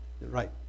Right